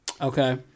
Okay